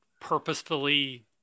purposefully